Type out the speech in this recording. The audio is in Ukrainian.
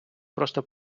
просто